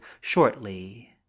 shortly